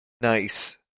Nice